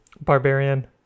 Barbarian